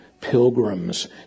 pilgrims